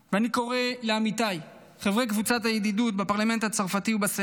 ואני קורא לעמיתיי חברי קבוצת הידידות בפרלמנט הצרפתי ובסנאט,